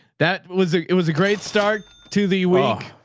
that was a, it was a great start to the week.